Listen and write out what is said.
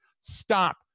stop